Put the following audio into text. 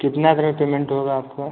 कितना करें पेमेंट होगा आपका